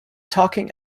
talking